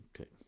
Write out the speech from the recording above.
Okay